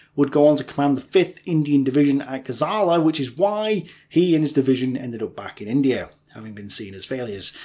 would go on to command fifth indian division at gazala, which is why he and his division ended up back in india, having been seen as failures.